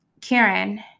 Karen